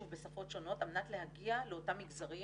בשפות שונות על מנת להגיע לאותם מגזרים